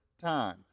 Time